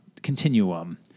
Continuum